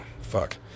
Fuck